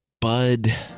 bud